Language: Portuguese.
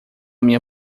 minha